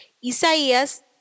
Isaías